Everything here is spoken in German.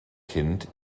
kind